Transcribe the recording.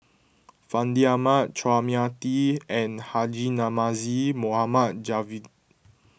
Fandi Ahmad Chua Mia Tee and Haji Namazie Mohammad Javad